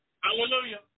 Hallelujah